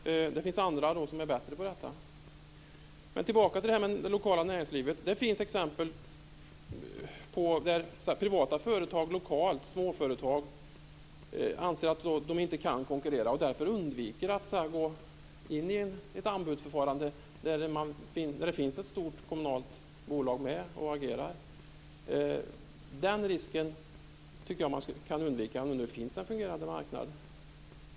Det finns andra som är bättre på det. Jag kommer tillbaka till frågan om det lokala näringslivet. Det finns exempel där lokala småföretag anser att de inte kan konkurrera och därför undviker att gå in i ett anbudsförfarande där det finns ett stort kommunalt bolag med och agerar. Den risken kan undvikas om det finns en fungerande marknad.